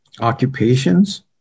occupations